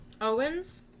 Owens